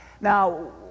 Now